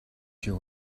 you